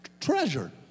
treasure